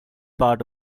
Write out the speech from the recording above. part